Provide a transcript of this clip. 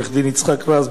העורך-דין יצחק רז,